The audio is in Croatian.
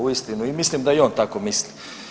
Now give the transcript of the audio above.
Uistinu mislim da i on tako misli.